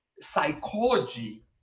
psychology